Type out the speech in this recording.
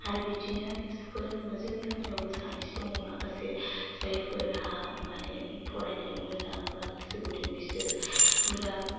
आरो बिदिनो एकजामफोल होनोब्ला जोंनि गामियावबो सानैसो दङ माखासे जायफोरहा माने फरायनायाव मोजां बा गोसो गुदुं बिसोरो उराम